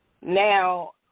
Now